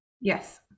Yes